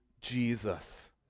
Jesus